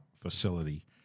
facility